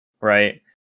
right